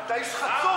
אתה איש חצוף.